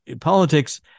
politics